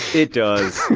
it does.